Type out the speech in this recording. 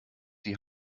die